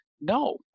No